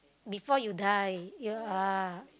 before you die you're